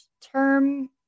term